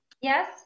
Yes